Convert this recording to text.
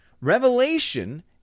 Revelation